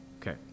Okay